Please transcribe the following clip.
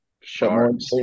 Sharks